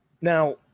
now